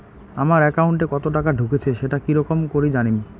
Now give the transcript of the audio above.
আমার একাউন্টে কতো টাকা ঢুকেছে সেটা কি রকম করি জানিম?